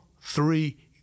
three